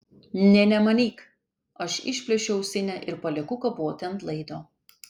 nė nemanyk aš išplėšiu ausinę ir palieku kaboti ant laido